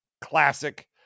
classic